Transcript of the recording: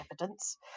evidence